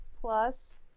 plus